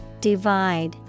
Divide